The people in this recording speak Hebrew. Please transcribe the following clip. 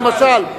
למשל,